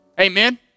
amen